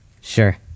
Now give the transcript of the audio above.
Sure